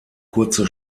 kurze